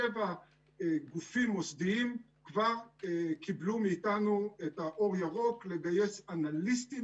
שבעה גופים מוסדיים כבר קיבלו מאיתנו את האור הירוק לגייס אנליסטים,